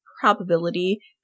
probability